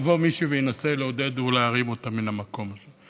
יבוא מישהו וינסה לעודד ולהרים אותם מן המקום הזה.